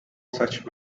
such